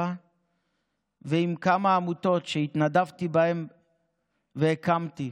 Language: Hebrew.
ועם כמה עמותות שהתנדבתי בהן והקמתי.